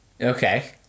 Okay